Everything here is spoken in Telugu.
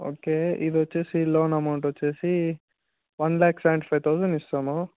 ఓకే ఇది వచ్చేసి లోన్ అమౌంట్ వచ్చేసి one lakh seventy five thousand ఇస్తాము